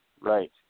Right